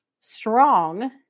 strong